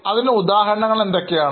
അതിന് ഉദാഹരണങ്ങൾ എന്തൊക്കെയാണ്